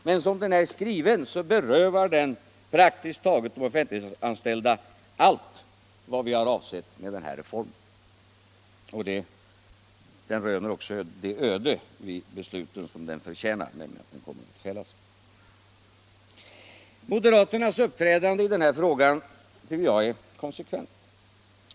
Men som den är skriven berövar den de offentliganställda praktiskt taget allt vad vi har avsett att åstadkomma med den här reformen. Den kommer också att röna det öde vid beslutet som den förtjänar — den kommer att fällas. Moderaternas uppträdande i den här frågan tycker jag är konsekvent.